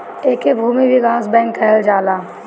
एके भूमि विकास बैंक कहल जाला